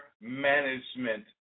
Management